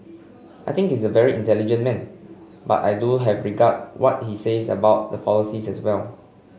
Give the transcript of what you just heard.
I think is a very intelligent man but I do have regard what he says about the polices as well